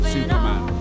Superman